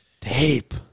Tape